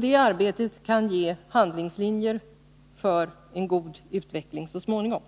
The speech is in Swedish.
Det arbetet kan ge handlingslinjer för en god utveckling så småningom.